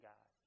God